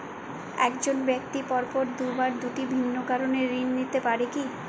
এক জন ব্যক্তি পরপর দুবার দুটি ভিন্ন কারণে ঋণ নিতে পারে কী?